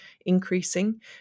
increasing